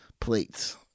plates